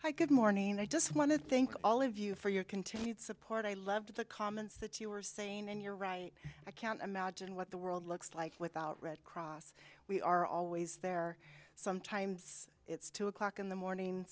hi good morning i just want to thank all of you for your continued support i loved the comments that you were saying and you're right i can't imagine what the world looks like without red cross we are always there sometimes it's two o'clock in the morning